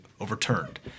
overturned